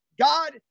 God